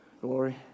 Glory